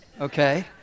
okay